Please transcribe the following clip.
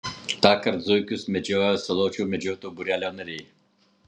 tąkart zuikius medžiojo saločių medžiotojų būrelio nariai